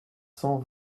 cent